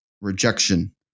rejection